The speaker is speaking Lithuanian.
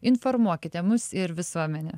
informuokite mus ir visuomenę